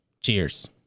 Cheers